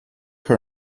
her